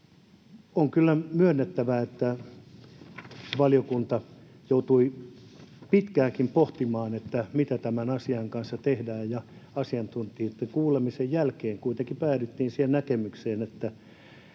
On kyllä myönnettävä, että valiokunta joutui pitkäänkin pohtimaan, mitä tämän asian kanssa tehdään, ja asiantuntijoitten kuulemisen jälkeen kuitenkin päädyttiin seuraavaan näkemykseen: